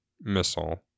missile